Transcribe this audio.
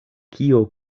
kio